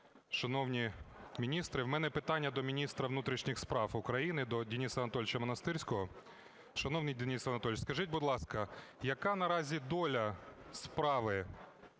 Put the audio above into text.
Шановні міністри, в мене питання до міністра внутрішніх справ України до Дениса Анатолійовича Монастирського. Шановний Денис Анатолійович, скажіть, будь ласка, яка наразі доля справи